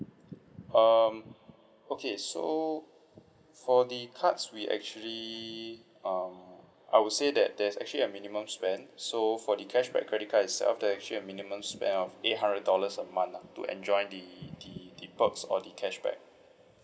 um okay so for the cards we actually err I would say that there's actually a minimum spend so for the cashback credit card itself there's actually a minimum spend of eight hundred dollars a month lah to enjoy the the the perks or the cashback